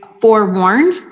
forewarned